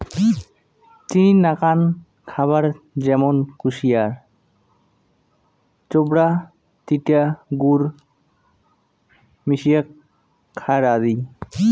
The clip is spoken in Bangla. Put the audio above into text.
চিনির নাকান খাবার য্যামুন কুশিয়ার ছোবড়া, চিটা গুড় মিশিয়া খ্যার আদি